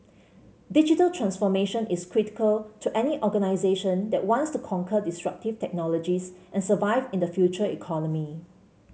digital transformation is critical to any organisation that wants to conquer disruptive technologies and survive in the Future Economy